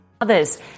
Others